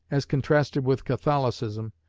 as contrasted with catholicism,